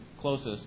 closest